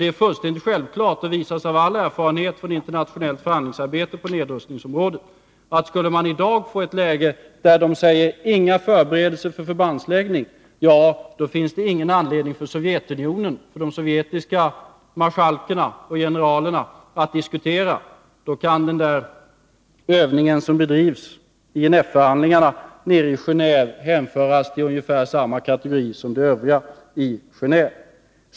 Det är fullständigt självklart — det visas också av all erfarenhet från internationellt förhandlingsarbete på nedrustningsområdet — att skulle man i dag få ett läge där NATO säger: Inga förberedelser för förbandsläggning, så finns det ingen anledning för de sovjetiska marskalkarna och generalerna att diskutera. Då kan den övning som bedrivs i Gendve — INF-förhandlingarna — hänföras till ungefär samma kategori som det övriga i Genéve.